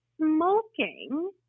smoking